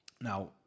now